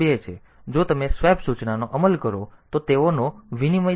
તેથી જો તમે સ્વેપ સૂચનાનો અમલ કરો તો તેઓનો વિનિમય થશે